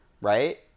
Right